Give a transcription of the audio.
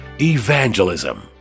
Evangelism